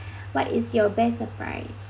what is your best surprise